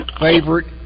favorite